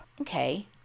okay